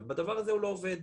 ובדבר הזה הוא לא עובד.